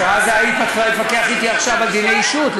מפני שאז היית מתחילה להתווכח אתי עכשיו על דיני אישות,